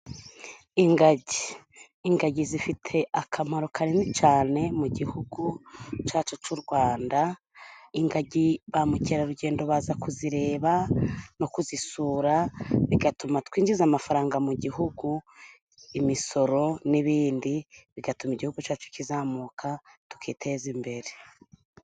Ingagi : Ingagi zifite akamaro kanini cyane mu gihugu cyacu cy'u Rwanda, ingagi ba mukerarugendo baza kuzireba no kuzisura, bigatuma twinjiza amafaranga mu gihugu, imisoro n'ibindi, bigatuma igihugu cyacu kizamuka, tukiteza imbere.